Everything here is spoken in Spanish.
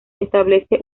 establece